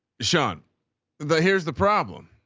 sean the here's the problem.